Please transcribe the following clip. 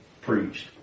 preached